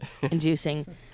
inducing